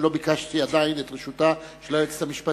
ולא ביקשתי עדיין את רשותה של היועצת המשפטית.